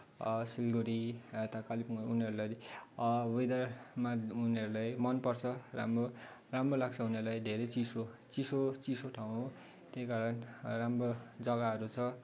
सिलगडी र यता कालिम्पोङ उनीहरूलाई वेदरमा उनीहरूलाई मनपर्छ राम्रो राम्रो लाग्छ उनीहरूलाई धेरै चिसो चिसो चिसो ठाउँ हो त्यही कारण राम्रो जग्गाहरू छ